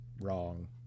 wrong